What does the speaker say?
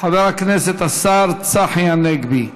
חבר הכנסת השר צחי הנגבי.